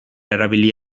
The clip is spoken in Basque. erabili